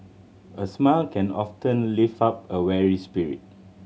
a smile can often lift up a weary spirit